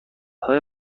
های